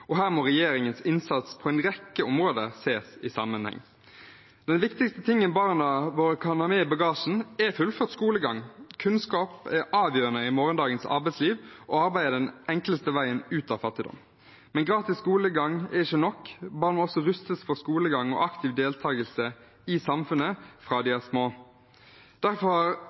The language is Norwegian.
tidlig. Her må regjeringens innsats på en rekke områder ses i sammenheng. Det viktigste barna våre kan ha med i bagasjen, er fullført skolegang. Kunnskap er avgjørende i morgendagens arbeidsliv, og arbeid er den enkleste veien ut av fattigdom. Men gratis skolegang er ikke nok, barna må også rustes for skolegang og aktiv deltakelse i samfunnet fra de er små. Derfor